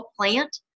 plant